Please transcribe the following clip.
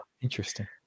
interesting